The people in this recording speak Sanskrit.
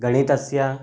गणितस्य